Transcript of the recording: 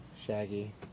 Shaggy